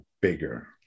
bigger